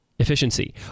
Efficiency